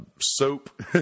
soap